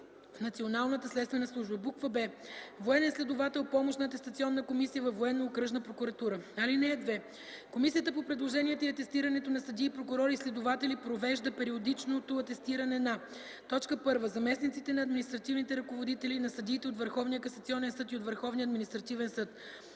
Националната следствена служба; б) военен следовател – помощна атестационна комисия във военно-окръжна прокуратура. (2) Комисията по предложенията и атестирането на съдии, прокурори и следователи провежда периодичното атестиране на: 1. заместниците на административните ръководители и на съдиите от Върховния касационен съд и от Върховния административен съд;